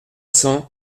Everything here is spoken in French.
cents